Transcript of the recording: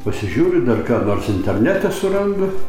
pasižiūriu dar ką nors internete surandu